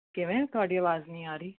ਕਿਵੇਂ ਤੁਹਾਡੀ ਆਵਾਜ਼ ਨਹੀਂ ਆ ਰਹੀ